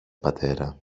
πατέρα